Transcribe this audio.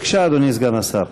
בבקשה, אדוני סגן השר.